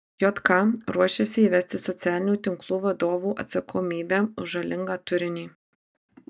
jk ruošiasi įvesti socialinių tinklų vadovų atsakomybę už žalingą turinį